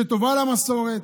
שטובה למסורת.